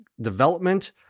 development